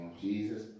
Jesus